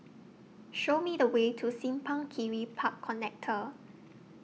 Show Me The Way to Simpang Kiri Park Connector